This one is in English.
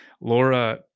Laura